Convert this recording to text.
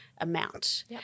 amount